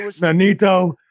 Manito